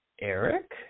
Eric